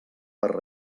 per